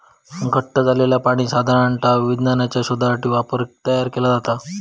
घट्ट झालंला पाणी साधारण विज्ञानाच्या शोधासाठी तयार केला जाता